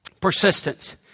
Persistence